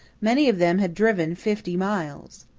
many of them had driven fifty miles.